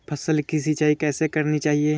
फसल की सिंचाई कैसे करनी चाहिए?